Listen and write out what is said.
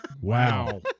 Wow